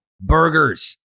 burgers